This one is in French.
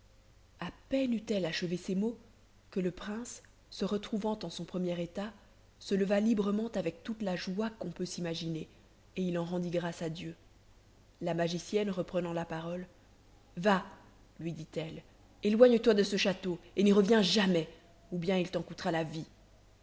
à peine eut-elle achevé ces mots que le prince se retrouvant en son premier état se leva librement avec toute la joie qu'on peut s'imaginer et il en rendit grâce à dieu la magicienne reprenant la parole va lui dit-elle éloigne toi de ce château et n'y reviens jamais ou bien il t'en coûtera la vie